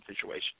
situation